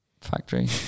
Factory